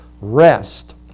rest